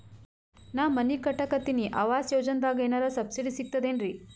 ನಾ ಮನಿ ಕಟಕತಿನಿ ಆವಾಸ್ ಯೋಜನದಾಗ ಏನರ ಸಬ್ಸಿಡಿ ಸಿಗ್ತದೇನ್ರಿ?